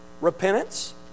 Repentance